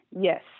Yes